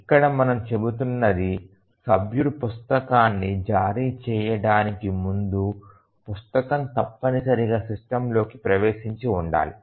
ఇక్కడ మనం చెబుతున్నది సభ్యుడు పుస్తకాన్ని జారీ చేయడానికి ముందు పుస్తకం తప్పనిసరిగా సిస్టమ్ లోకి ప్రవేశించి ఉండాలి